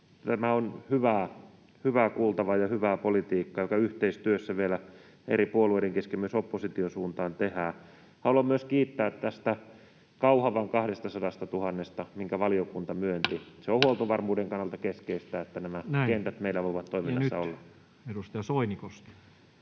Tämä on hyvää kuultavaa ja hyvää politiikkaa, joka yhteistyössä vielä eri puolueiden kesken, myös opposition suuntaan, tehdään. Haluan myös kiittää tästä Kauhavan 200 000:sta, minkä valiokunta myönsi. Se on huoltovarmuuden kannalta keskeistä, että nämä kentät voivat meillä olla toiminnassa. Näin. — Ja nyt edustaja Soinikoski.